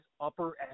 upper